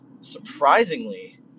Surprisingly